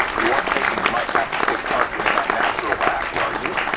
you aren't thinking you might have to take part in an unnatural act are you'?